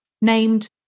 named